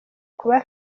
kuba